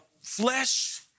flesh